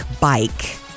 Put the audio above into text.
bike